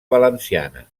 valenciana